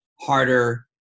harder